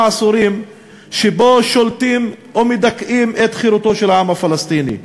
עשורים שבהם שולטים ומדכאים את חירותו של העם הפלסטיני.